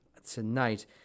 Tonight